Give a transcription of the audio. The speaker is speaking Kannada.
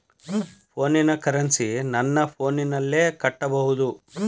ಫೋನಿನ ಕರೆನ್ಸಿ ನನ್ನ ಫೋನಿನಲ್ಲೇ ಕಟ್ಟಬಹುದು?